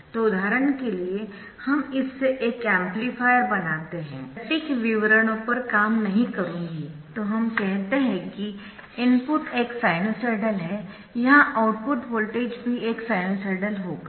तो उदाहरण के लिए हम इससे एक एम्पलीफायर बनाते है मैं सटीक विवरणों पर काम नहीं करूंगी तो हम कहते है कि इनपुट एक साइनसॉइडल है यहां आउटपुट वोल्टेज भी एक साइनसॉइडल होगा